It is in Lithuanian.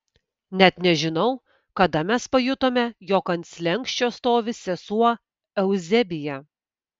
net nežinau kada mes pajutome jog ant slenksčio stovi sesuo euzebija